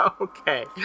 okay